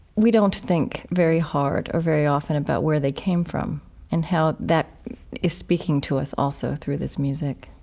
we don't think very hard or very often about where they came from and how that is speaking to us also through this music.